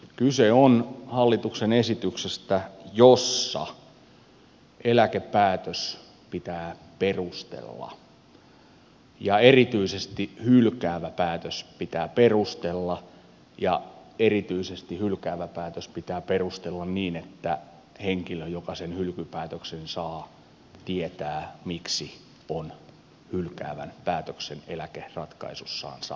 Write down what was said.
kyse on hallituksen esityksestä jossa eläkepäätös pitää perustella ja erityisesti hylkäävä päätös pitää perustella ja erityisesti hylkäävä päätös pitää perustella niin että henkilö joka sen hylkypäätöksen saa tietää miksi on hylkäävän päätöksen eläkeratkaisussaan saanut